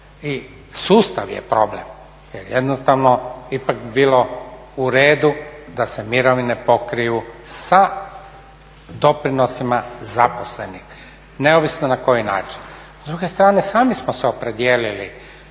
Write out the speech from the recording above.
i sustav je problem jer jednostavno ipak bi bilo u redu da se mirovine pokriju sa doprinosima zaposlenih, neovisno na koji način.